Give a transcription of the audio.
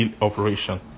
operation